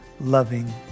loving